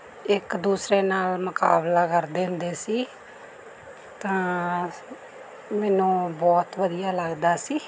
ਇੱਕ ਦੂਸਰੇ ਨਾਲ ਮੁਕਾਬਲਾ ਕਰਦੇ ਹੁੰਦੇ ਸੀ ਤਾਂ ਮੈਨੂੰ ਬਹੁਤ ਵਧੀਆ ਲੱਗਦਾ ਸੀ